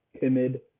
timid